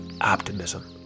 optimism